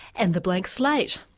and the blank slate.